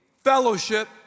fellowship